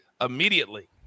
immediately